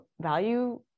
value